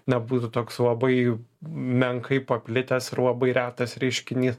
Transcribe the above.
nebūtų toks labai menkai paplitęs ir labai retas reiškinys